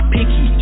Picky